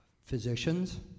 physicians